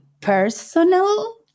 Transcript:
personal